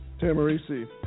Tamarisi